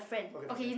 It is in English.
okay the friend